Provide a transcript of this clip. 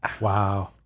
Wow